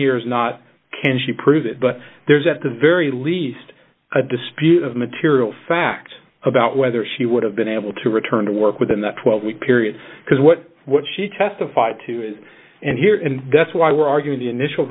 here is not can she prove it but there's at the very least a dispute of material fact about whether she would have been able to return to work within that twelve week period because what what she testified to is and here and that's why we're arguing the initial